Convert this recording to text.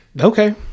Okay